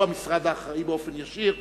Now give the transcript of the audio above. שהוא המשרד האחראי באופן ישיר,